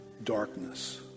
darkness